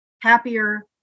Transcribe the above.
happier